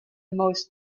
most